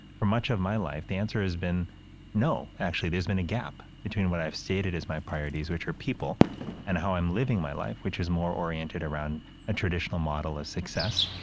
for much of my life, the answer has been no actually, there's been a gap between what i've stated as my priorities, which are people and how i'm living my life, which is more oriented around a traditional model of success.